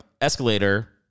escalator